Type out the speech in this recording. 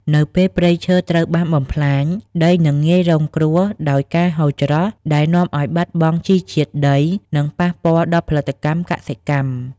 នៅពេលព្រៃឈើត្រូវបានបំផ្លាញ ដីនឹងងាយរងគ្រោះដោយការហូរច្រោះ ដែលនាំឱ្យបាត់បង់ជីជាតិដី និងប៉ះពាល់ដល់ផលិតកម្មកសិកម្ម។